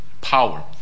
power